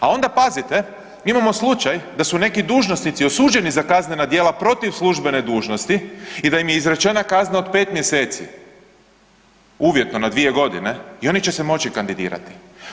A onda pazite, mi imamo slučaj da su neki dužnosnici osuđeni za kaznena djela protiv službene dužnosti i da im je izrečena kazna od pet mjeseci, uvjetno na dvije godine i oni će se moći kandidirati.